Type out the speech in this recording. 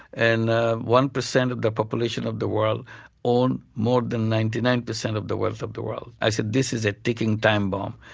and one percent of the population of the world owns more than ninety nine percent of the wealth of the world. i say this is a ticking time bomb.